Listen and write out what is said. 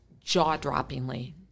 jaw-droppingly